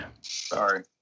Sorry